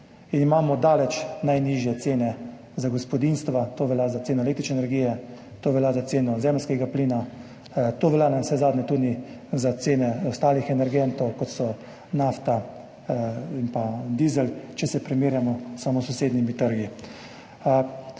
Imamo daleč najnižje cene za gospodinjstva, to velja za ceno električne energije, to velja za ceno zemeljskega plina, to velja navsezadnje tudi za cene ostalih energentov, kot sta nafta in dizel, če se primerjamo samo s sosednjimi trgi.